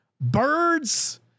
Birds